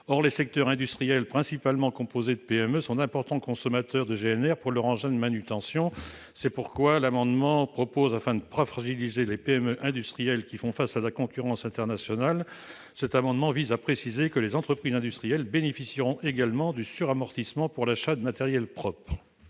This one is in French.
Or les secteurs industriels, principalement composés de PME, sont d'importants consommateurs de GNR pour leurs engins de manutention. Afin de ne pas fragiliser les PME industrielles qui font face à la concurrence internationale, cet amendement vise à préciser que celles-ci bénéficieront également du suramortissement pour l'achat de matériels propres.